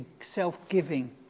self-giving